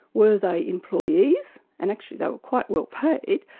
were they employees, and actually they were quite well paid,